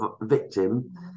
victim